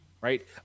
right